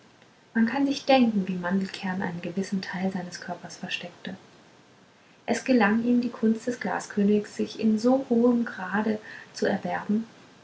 man kann sich denken wie mandelkern einen gewissen teil seines körpers versteckte es gelang ihm die gunst des glaskönigs sich in so hohem grade zu erwerben